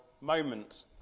moment